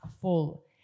full